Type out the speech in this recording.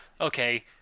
okay